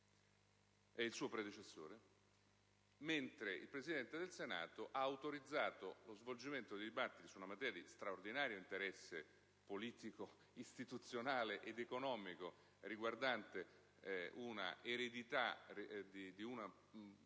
il suo predecessore, mentre il Presidente del Senato ha autorizzato lo svolgimento di un dibattito su una materia, di «straordinario» interesse politico, istituzionale ed economico, riguardante un'eredità confluita